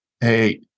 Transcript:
hey